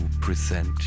present